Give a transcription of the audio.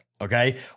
Okay